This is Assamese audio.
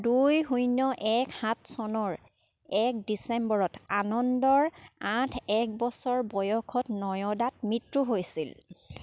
দুই শূন্য এক সাত চনৰ এক ডিচেম্বৰত আনন্দৰ আঠ এক বছৰ বয়সত নয়ডাত মৃত্যু হৈছিল